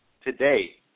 today